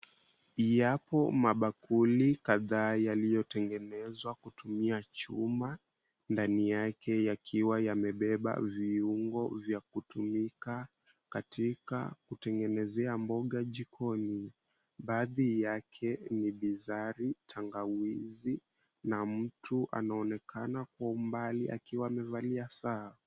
Yapo mabakuli kadhaa yaliyotengenezwa kutumia chuma, ndani yake yakiwa yamebeba viungo vya kutumika katika kutengenezea mboga jikoni. Baadhi yake ni bizari, tangawizi, na mtu anaonekana kwa umbali akiwa amevalia saa.